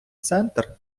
центр